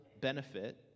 benefit